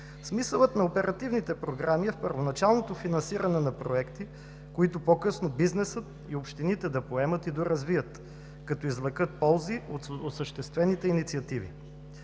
Смисълът на оперативните програми е в първоначалното финансиране на проекти, които по-късно бизнесът и общините да поемат и доразвият, като извлекат ползи от осъществените инициативи.